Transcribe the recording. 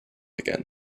again